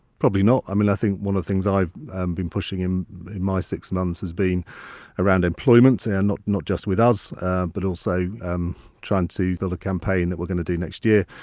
probably not, i mean i think one of the things i've um been pushing in my six months has been around employment, and not not just with us but also um trying to build a campaign, that we're going to do next year,